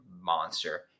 monster